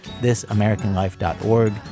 thisamericanlife.org